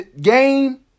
Game